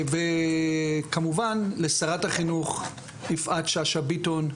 וכמובן לשרת החינוך, יפעת שאשא ביטון,